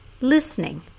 listening